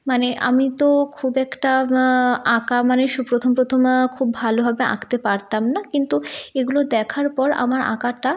মানে আমি তো খুব একটা আঁকা মানে প্রথম প্রথম খুব ভালোভাবে আঁকতে পারতাম না কিন্তু এগুলো দেখার পর আমার আঁকাটা